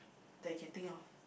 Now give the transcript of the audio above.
that you can think of